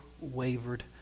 wavered